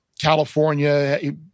California